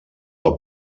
del